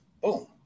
Boom